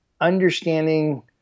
understanding